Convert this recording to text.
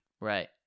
Right